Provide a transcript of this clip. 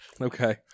okay